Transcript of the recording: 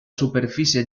superfície